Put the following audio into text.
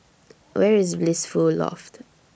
Where IS Blissful Loft